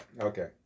Okay